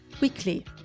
weekly